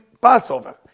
Passover